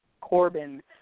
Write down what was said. Corbin